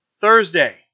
Thursday